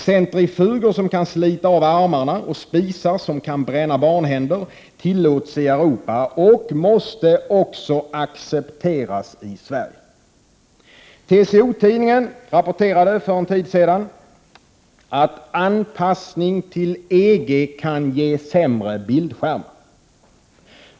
Centrifuger som kan slita av armarna och spisar som kan bränna barnhänder tillåts i Europa och måste accepteras också i Sverige.” TCO-tidningen rapporterade för en tid sedan att ”anpassning till EG kan ge sämre bildskärmar”.